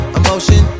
emotion